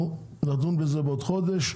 אנחנו נדון בזה בעוד חודש.